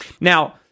Now